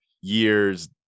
years